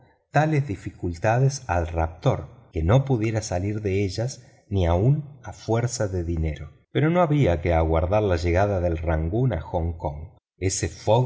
tales dificultades al raptor que no pudiera salir de ellas ni aun a fuerza de dinero pero no había que aguardar la llegada del rangoon a hong kong ese fogg